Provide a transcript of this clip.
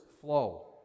flow